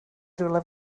rywle